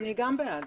אני בעד.